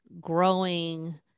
growing